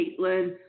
Caitlin